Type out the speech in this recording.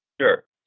Sure